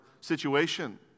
situation